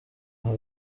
آنها